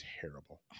terrible